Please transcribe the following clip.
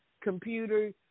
computer